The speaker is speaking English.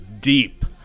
deep